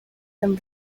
them